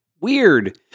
weird